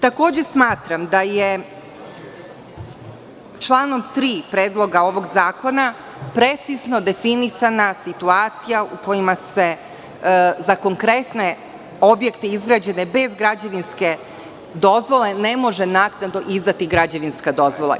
Takođe, smatram da je članom 3. Predloga ovog zakona precizno definisana situacija u kojima se za konkretne objekte izgrađene bez građevinske dozvole ne može naknadno izdati građevinska dozvola.